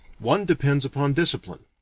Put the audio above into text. one depends upon discipline.